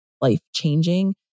life-changing